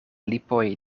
lipoj